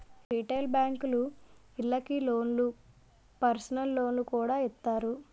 retail బేంకులు ఇళ్ళకి లోన్లు, పర్సనల్ లోన్లు కూడా ఇత్తాయి